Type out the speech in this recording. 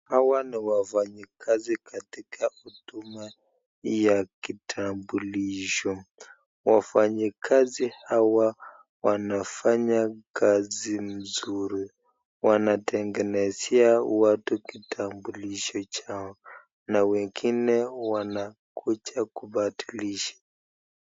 Hawa ni wafanyikazi katika huduma ya kitambulisho. Wafanyikazi hawa wanafanya kazi mzuri. Wanatengenezea watu kitambulisho yao na wengine wanakuja kubadilisha.